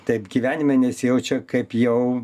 taip gyvenime nesijaučia kaip jau